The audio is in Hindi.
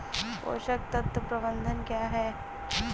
पोषक तत्व प्रबंधन क्या है?